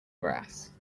grass